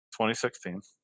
2016